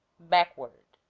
backward.